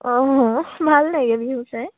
অঁ ভাল লাগে বিহু চাই